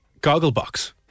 Gogglebox